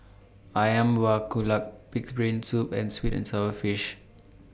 Ayam Buah Keluak Pig'S Brain Soup and Sweet and Sour Fish